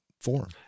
form